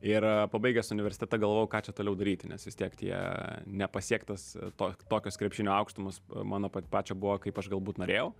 ir pabaigęs universitetą galvojau ką čia toliau daryti nes vis tiek tie nepasiektas to tokios krepšinio aukštumos mano pačio buvo kaip aš galbūt norėjau